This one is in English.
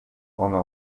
honor